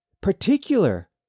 particular